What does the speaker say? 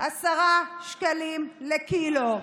10 שקלים לקילו.